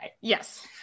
Yes